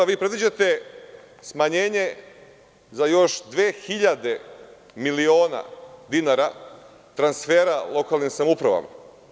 Vi predviđate smanjenje za još 2.000 miliona dinara transfera lokalnim samoupravama.